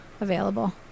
available